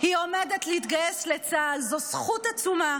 היא עומדת להתגייס לצה"ל, זו זכות עצומה.